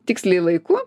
tiksliai laiku